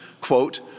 Quote